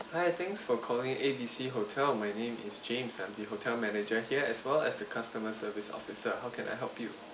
hi thanks for calling A_B_C hotel my name is james I'm the hotel manager here as well as the customer service officer how can I help you